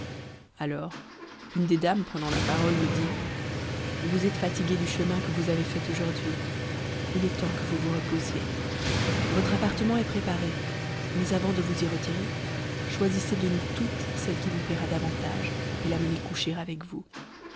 alors une des dames prenant la parole me dit vous êtes fatigué du chemin que vous avez fait aujourd'hui il est temps que vous vous reposiez votre appartement est préparé mais avant de vous y retirer choisissez de nous toutes celle qui vous plaira davantage et la menez coucher avec vous